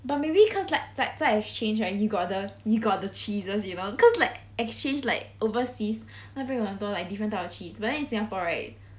but maybe cause like 在在 exchange right you got the you got the cheeses you know cause like exchange like overseas 那边有很多 like different type of cheese but then in Singapore right